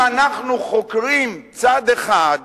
אם אנחנו חוקרים צד אחד,